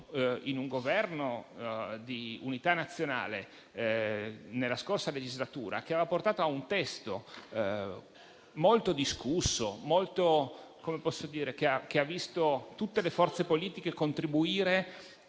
in un Governo di unità nazionale nella scorsa legislatura, che aveva portato ad un testo molto discusso, che aveva visto tutte le forze politiche contribuire,